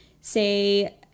say